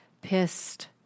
pissed